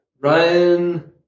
ryan